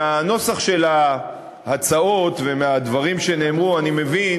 מהנוסח של ההצעות ומהדברים שנאמרו אני מבין